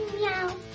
Meow